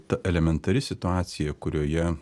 ta elementari situacija kurioje